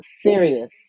serious